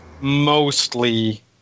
mostly